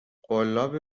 قلاب